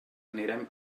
anirem